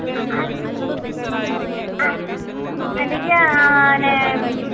ആ ആ എന്തൊക്കെയാണ് പിന്നെ